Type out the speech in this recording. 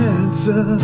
answer